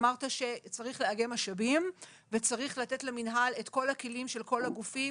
אמרת שצריך לאגם משאבים וצריך לתת למינהל את כל הכלים של כל הגופים,